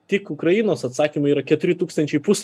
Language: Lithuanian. tik ukrainos atsakyme yra keturi tūkstančiai pus